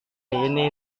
ini